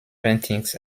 paintings